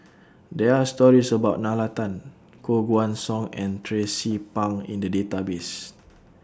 There Are stories about Nalla Tan Koh Guan Song and Tracie Pang in The Database